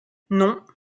non